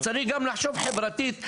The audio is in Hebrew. צריך גם לחשוב חברתית,